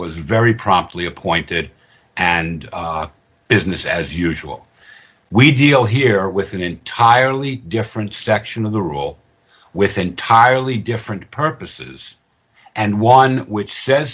was very promptly appointed and business as usual we deal here with an entirely different section of the rule with entirely different purposes and one which says